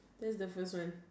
that is the first one